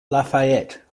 lafayette